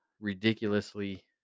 ridiculously